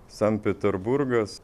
sankt peterburgas